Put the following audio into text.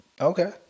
Okay